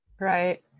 right